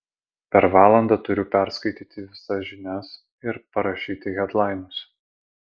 per valandą turiu perskaityti visas žinias ir parašyti hedlainus